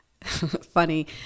Funny